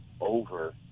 over